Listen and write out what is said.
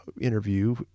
interview